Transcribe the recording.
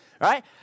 right